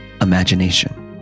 Imagination